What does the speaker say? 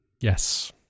Yes